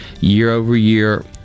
year-over-year